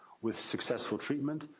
with successful treatment,